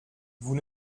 vous